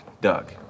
Doug